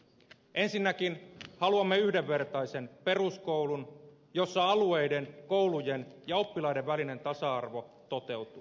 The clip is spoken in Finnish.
ensinnäkin haluamme yhdenvertaisen peruskoulun jossa alueiden koulujen ja oppilaiden välinen tasa arvo toteutuu edelleen